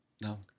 No